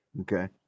Okay